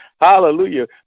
hallelujah